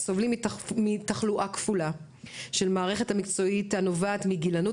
סובלים מתחלואה כפולה של מערכת מקצועית הנובעת מגזענות